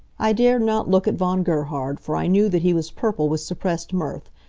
i dared not look at von gerhard, for i knew that he was purple with suppressed mirth,